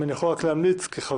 אם אני יכול רק להמליץ כחבר,